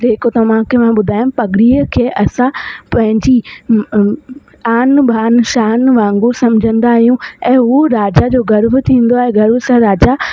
जेको तव्हांखे मां ॿुधायमि पॻड़ीअ खे असां पंहिंजी आन बान शान वांगुरु समझंदा आहियूं ऐं उहो राजा जो गर्व थींदो आहे गर्व सां राजा